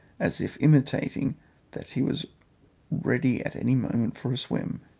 as if intimating that he was ready at any moment for a swim.